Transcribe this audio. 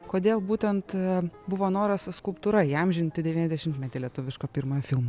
kodėl būtent buvo noras skulptūra įamžinti devyniasdešimtmetį lietuviško pirmojo filmo